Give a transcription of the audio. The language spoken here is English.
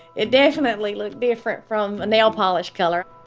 it definitely looked different from a nail polish color